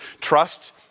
trust